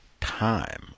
time